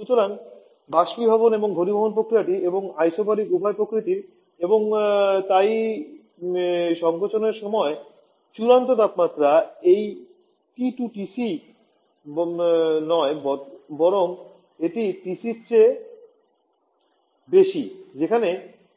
সুতরাং বাষ্পীভবন এবং ঘনীভবন প্রক্রিয়া এবং আইসোবারিক উভয়ই প্রকৃতির এবং তাই সংকোচনের সময় চূড়ান্ত তাপমাত্রা এই টি2 টিসি নয় বরং এটি টিসি র চেয়ে বেশি যেখানে